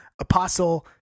apostle